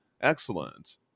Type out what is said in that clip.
excellent